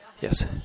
yes